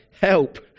Help